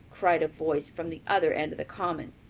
cried a voice from the other end of the common,